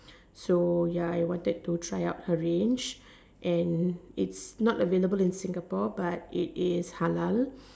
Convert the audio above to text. so ya I wanted to try out her range and its not available in Singapore but it is halal